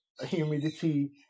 humidity